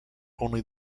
only